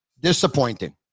disappointing